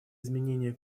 изменения